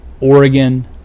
Oregon